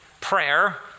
Prayer